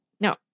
No